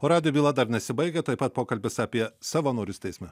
radijo byla dar nesibaigia taip pat pokalbis apie savanorius teisme